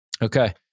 Okay